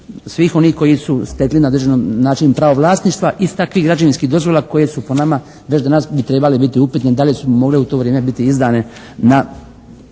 svih onih koji su stekli na određeni način pravo vlasništva iz takvih građevinskih dozvola koje su po nama već danas bi trebale biti upitne da li su mogle u to vrijeme biti izdane na